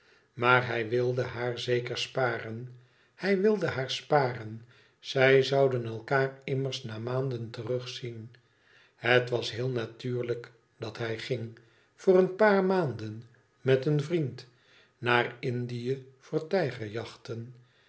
maar hij wilde haar zeker sparen hij wilde haar sparen zij zouden elkaar immers na maanden terug zien het was heel natuurlijk dat hij ging voor een paar maanden met een vriend naar indie voor